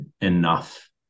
enough